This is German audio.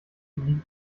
liegt